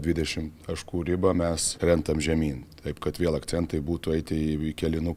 dvidešimt taškų ribą mes krentam žemyn taip kad vėl akcentai būtų eiti į kėlinuką